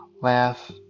laugh